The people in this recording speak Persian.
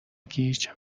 گیج